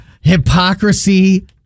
hypocrisy